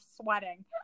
sweating